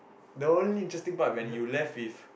the only interesting part when you left with